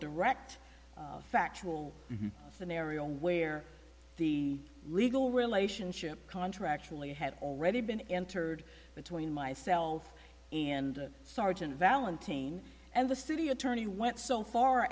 direct factual scenario where the legal relationship contract really had already been entered between myself and sergeant valentino and the city attorney went so far